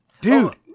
dude